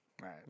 Right